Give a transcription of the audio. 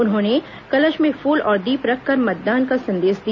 उन्होंने कलश में फूल और दीप रखकर मतदान का संदेश दिया